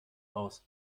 aus